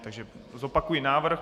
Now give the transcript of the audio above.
Takže zopakuji návrh.